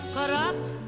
Corrupt